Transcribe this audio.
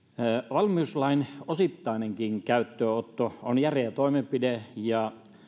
valmiuslain osittainenkin käyttöönotto on järeä toimenpide